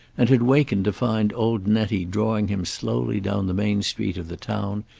and had wakened to find old nettie drawing him slowly down the main street of the town,